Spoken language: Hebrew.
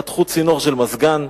חתכו צינור של מזגן,